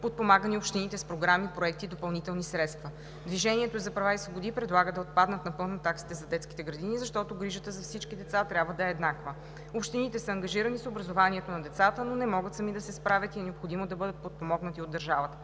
подпомагани общините с програми, проекти, допълнителни средства. „Движението за права и свободи“ предлага да отпаднат напълно таксите за детските градини, защото грижата за всички деца трябва да е еднаква. Общините са ангажирани с образованието на децата, но не могат сами да се справят и е необходимо да бъдат подпомогнати от държавата.